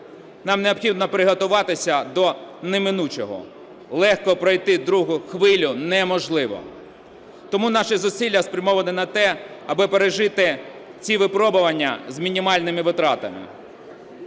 Нам необхідно приготуватися до неминучого, легко пройти другу хвилю неможливо. Тому наші зусилля спрямовані на те, аби пережити ці випробування з мінімальними витратами.